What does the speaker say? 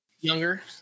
Younger